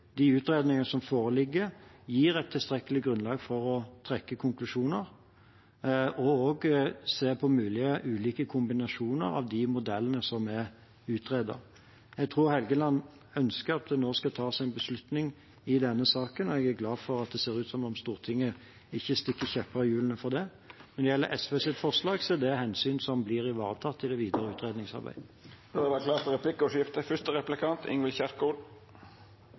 De utredningene som foreligger, gir et tilstrekkelig grunnlag for å trekke konklusjoner og også for å se på mulige ulike kombinasjoner av de modellene som er utredet. Jeg tror Helgeland ønsker at det nå skal tas en beslutning i denne saken, og jeg er glad for at det ser ut som om Stortinget ikke stikker kjepper i hjulene for det. Når det gjelder SVs forslag, er det hensyn som blir ivaretatt i det videre utredningsarbeidet. Det vert replikkordskifte.